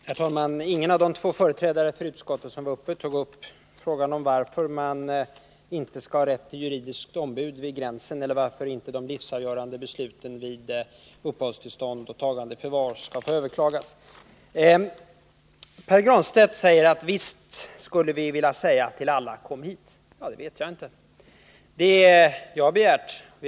Herr talman! Ingen av de två företrädare för utskottet som har deltagit i debatten tog upp frågan om varför en flykting inte skall ha rätt till juridiskt ombud vid gränsen eller varför inte de livsavgörande besluten vid uppehållstillstånd och tagande i förvar skall få överklagas. Pär Granstedt säger att visst skulle vi vilja säga till alla: Kom hit! Det vet jag inte om jag kan hålla med om.